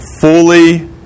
fully